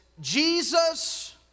Jesus